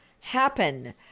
happen